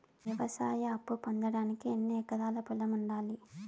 వ్యవసాయ అప్పు పొందడానికి ఎన్ని ఎకరాల పొలం ఉండాలి?